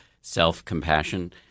self-compassion